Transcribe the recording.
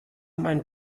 mein